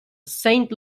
saint